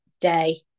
day